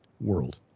world